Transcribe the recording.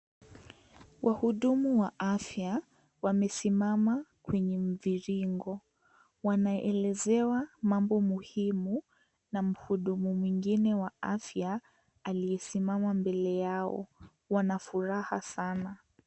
Wahudumu wa afya wamesimama kwenye mviringo. Wanaelezewa mambo muhimu na mhudumu mwingine wa afya aliyesimama mbele yao. Wanafuraha sana.